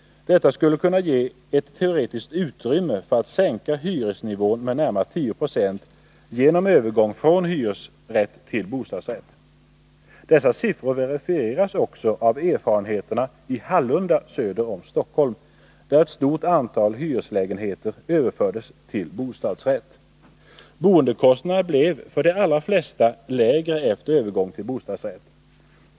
Detta skulle kunna ge ett teoretiskt utrymme för att sänka hyresnivån med närmare 10 96 genom övergång från hyresrätt till bostadsrätt. Dessa siffror verifieras också av erfarenheterna i Hallunda söder om Stockholm, där ett stort antal hyreslägenheter överfördes till bostadsrätt. Boendekostnaderna blev för de allra flesta lägre efter övergången till bostadsrätt.